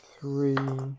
three